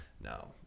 No